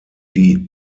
die